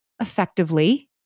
effectively